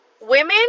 Women